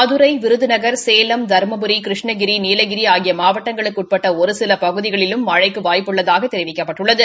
மதுரை விருதுநகர் சேலம் தரும்புரி கிருஷ்ணகிரி நீலகிரி ஆகிய மாவட்டங்களுக்கு உட்பட்ட ஒருசில பகுதிகளிலும் மழைக்கு வாய்ப்பு உள்ளதாக தெரிவிக்கப்பட்டுள்ளது